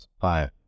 five